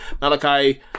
Malachi